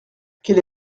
quel